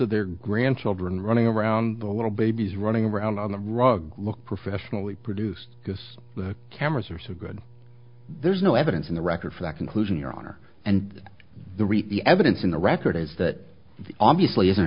of their grandchildren running around the little babies running around on the rug look professionally produced because the cameras are so good there's no evidence in the record for that conclusion your honor and the repeat evidence in the record is that obviously isn't